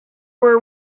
were